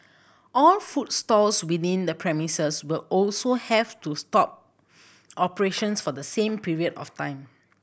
all food stalls within the premises will also have to stop operations for the same period of time